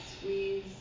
squeeze